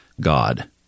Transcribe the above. God